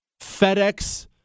FedEx